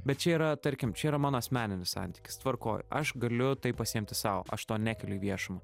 bet čia yra tarkim čia yra mano asmeninis santykis tvarkoj aš galiu tai pasiimti sau aš to nekeliu į viešumą